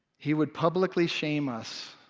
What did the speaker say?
he would publicly shame us,